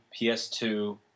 PS2